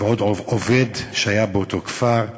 ועוד עובד שהיה באותו כפר.